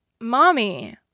Mommy